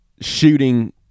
shooting